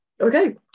Okay